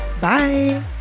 Bye